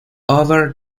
over